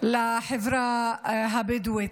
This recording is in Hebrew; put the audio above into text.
לחברה הבדואית.